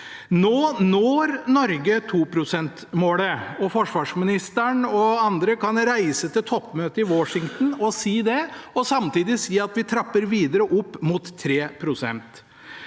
Nå når Norge 2-prosentmålet. Forsvarsministeren og andre kan reise til toppmøtet i Washington og si det – og samtidig si at vi trapper videre opp mot 3